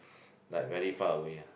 like very far away ah